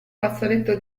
fazzoletto